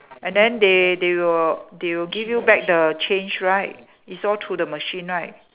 and then they they will they will give you back the change right it's all through the machine right